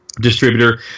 distributor